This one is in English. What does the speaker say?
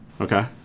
Okay